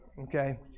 Okay